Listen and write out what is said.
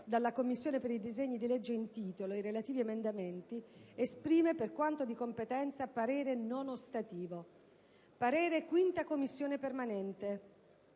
dalla Commissione per i disegni di legge in titolo e i relativi emendamenti, esprime, per quanto di competenza, parere non ostativo». «La Commissione programmazione